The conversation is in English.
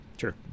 Sure